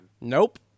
Nope